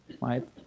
right